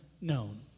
known